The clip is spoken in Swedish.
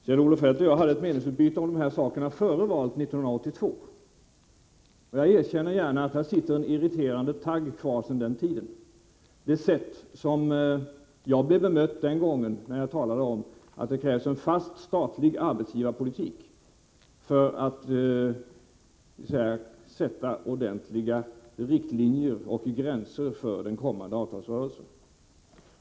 Kjell-Olof Feldt och jag hade ett meningsutbyte om dessa saker före valet 1982. Jag erkänner gärna att det hos mig sitter kvar en irriterande tagg från den tiden. Jag minns det sätt som jag den gången blev bemött på när jag talade om att det krävdes en fast statlig arbetsgivarpolitik, där man drar upp ordentliga riktlinjer och gränser för den kommande avtalsrörelsen.